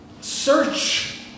Search